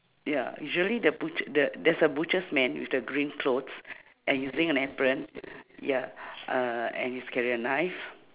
ya usually the butch~ the there's a butchers man with the green clothes and using an apron ya uhh and he's carrying a knife